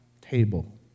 table